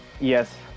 Yes